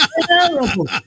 terrible